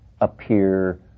appear